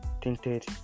tinted